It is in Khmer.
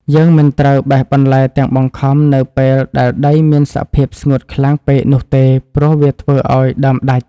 យើងមិនត្រូវបេះបន្លែទាំងបង្ខំនៅពេលដែលដីមានសភាពស្ងួតខ្លាំងពេកនោះទេ ព្រោះវាធ្វើឱ្យដើមដាច់។